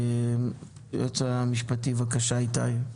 היועץ המשפטי, איתי עצמון, בבקשה.